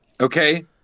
Okay